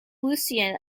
lucien